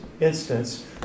instance